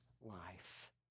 life